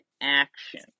action